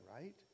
right